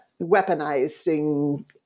weaponizing